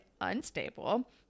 unstable